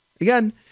Again